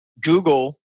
Google